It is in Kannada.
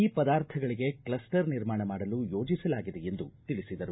ಈ ಪದಾರ್ಥಗಳಗೆ ಕ್ಲಸ್ಟರ್ ನಿರ್ಮಾಣ ಮಾಡಲು ಯೋಜಿಸಲಾಗಿದೆ ಎಂದು ತಿಳಿಸಿದರು